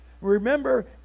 Remember